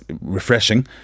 refreshing